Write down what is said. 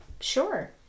Sure